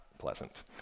pleasant